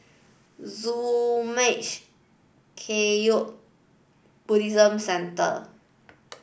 Zurmang Kagyud Buddhist Centre